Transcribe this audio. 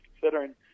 considering